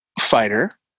fighter